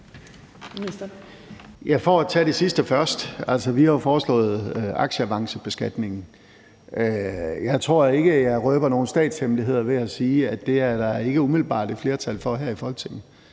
For at tage det sidste først: Vi har jo foreslået aktieavancebeskatningen. Jeg tror ikke, jeg røber nogen statshemmeligheder ved at sige, at det er der ikke umiddelbart et flertal for her i Folketinget.